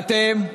אתם,